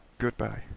Goodbye